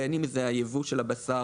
בין אם זה היבוא של הבשר,